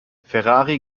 ferrari